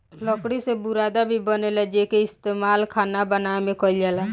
लकड़ी से बुरादा भी बनेला जेइके इस्तमाल खाना बनावे में कईल जाला